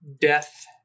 death